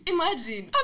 Imagine